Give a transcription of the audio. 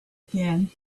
again